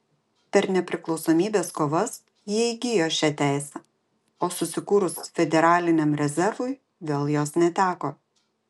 per nepriklausomybės kovas jie įgijo šią teisę o susikūrus federaliniam rezervui vėl jos neteko